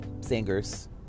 singers